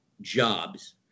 jobs